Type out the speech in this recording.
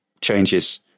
changes